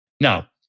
Now